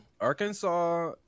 Arkansas